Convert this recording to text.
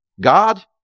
God